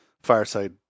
Fireside